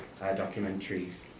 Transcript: documentaries